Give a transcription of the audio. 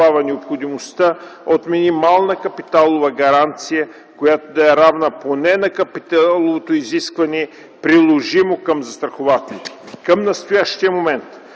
обосновава необходимостта от минимална капиталова гаранция, която да е равна поне на капиталовото изискване, приложимо към застрахователите. Към настоящия момент